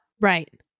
right